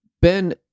Ben